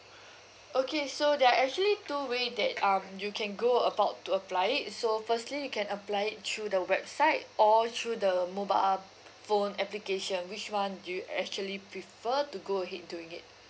okay so there are actually two way that um you can go about to apply it so firstly you can apply it through the website or through the mobile phone application which one do you actually prefer to go ahead doing it